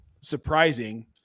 surprising